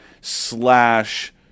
slash